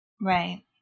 Right